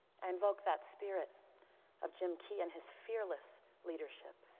invoke that spirit of jim key and his fearless leadership.